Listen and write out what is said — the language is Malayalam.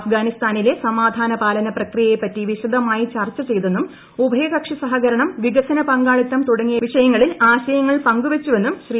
അഫ്ഗാനിസ്ഥാനിലെ സമാധാന പാലന പ്രക്രിയയെപ്പറ്റി വിശദമായി ചർച്ച ചെയ്തെന്നും ഉഭയകക്ഷി സഹകരണം വികസന പങ്കാളിത്തം തുടങ്ങിയ വിഷയങ്ങളിൽ ആശയങ്ങൾ പങ്കുവച്ചുവെന്നും ശ്രീ